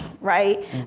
right